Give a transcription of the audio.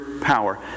power